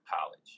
college